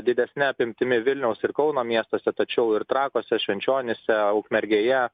didesne apimtimi vilniaus ir kauno miestuose tačiau ir trakuose švenčionyse ukmergėje